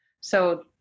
So-